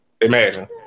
Imagine